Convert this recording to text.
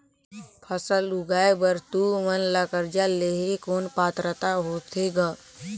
फसल उगाय बर तू मन ला कर्जा लेहे कौन पात्रता होथे ग?